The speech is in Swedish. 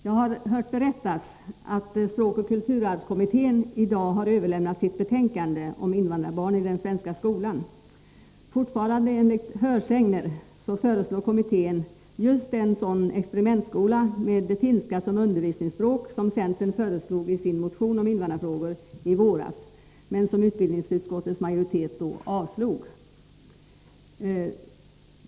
Jag har hört berättas att språkoch kulturarvskommittén i dag har överlämnat sitt betänkande om invandrarbarnen i den svenska skolan. Fortfarande, enligt hörsägner, föreslår kommittén just en sådan experimentskola med finska som undervisningsspråk som centern föreslog i sin motion om invandrarfrågor i våras, men som utbildningsutskottets majoritet då avslog.